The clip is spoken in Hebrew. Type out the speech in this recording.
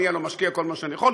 אני הלוא משקיע כל מה שאני יכול.